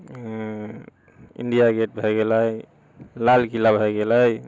India Gate भए गेलै लाल किला भए गेलै